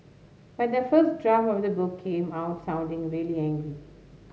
but the first draft of the book came out sounding really angry